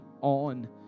on